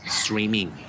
streaming